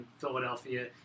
Philadelphia